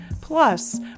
Plus